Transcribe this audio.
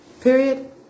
period